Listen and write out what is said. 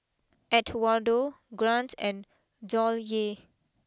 Edwardo Grant and Dollye